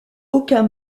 aucun